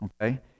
Okay